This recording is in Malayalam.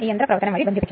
48 കൊണ്ട് ഹരിക്കുന്നു